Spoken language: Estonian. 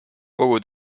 kogu